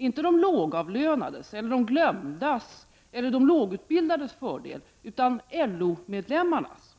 Inte till de lågavlönades eller de glömdas eller de lågutbildades fördel, utan till LO medlemmarnas.